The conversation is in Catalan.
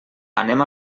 anem